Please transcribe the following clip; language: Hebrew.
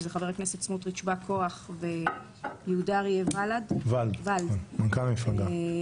שזה חבר הכנסת סמוטריץ' כבא כוח ויהודה אריה ולד -- מנכ"ל המפלגה.